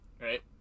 Right